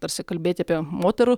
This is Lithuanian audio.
tarsi kalbėti apie moterų